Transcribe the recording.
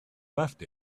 left